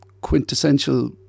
quintessential